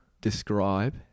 describe